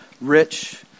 rich